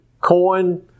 coin